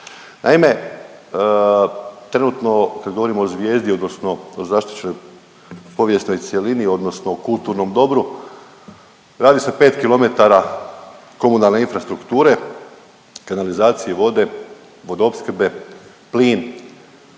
Naime, trenutno kad govorimo o zvijezdi odnosno o zaštićenoj povijesnoj cjelini odnosno o kulturnom dobru, radi se 5 km komunalne infrastrukture, kanalizaciji, vode, vodoopskrbe, plin,